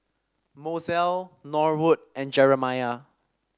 Mozell Norwood and Jeremiah